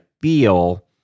feel